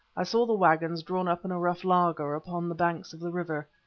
i saw the waggons drawn up in a rough laager upon the banks of the river.